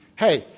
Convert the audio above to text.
hey,